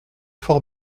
fort